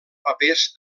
papers